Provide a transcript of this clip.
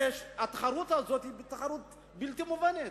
התחרות הזאת היא תחרות בלתי מובנת.